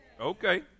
Okay